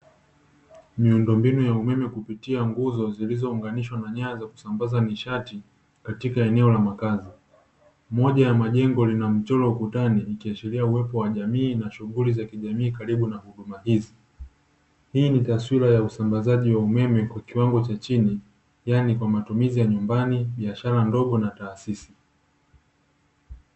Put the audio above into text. Miundombinu ya umeme kupitia nguzo zilizounganishwa na nyaya za kusambaza nishati katika eneo la makaza, moja ya majengo linamchoro ukutani ikiashiria uwepo wa jamii na shughuli za kijamii karibu na huduma hizi, hii ni taswira ya usambazaji wa umeme kwa kiwango cha chini yaani kwa matumizi ya nyumbani, biashara ndogo na taasisi.